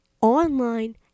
online